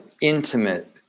intimate